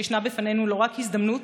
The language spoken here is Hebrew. ישנה בפנינו לא רק הזדמנות,